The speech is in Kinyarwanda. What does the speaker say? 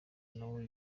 nawe